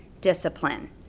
discipline